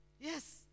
Yes